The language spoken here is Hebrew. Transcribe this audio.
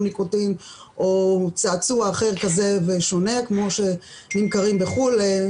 ניקוטין או צעצוע אחר שונה כמו שנמכרים בחוץ לארץ.